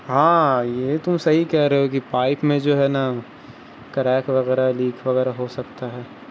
ہاں یہ تو صحیح کہہ رہے ہو کہ پائپ میں جو ہے نا کریک وغیرہ لیک وغیرہ ہو سکتا ہے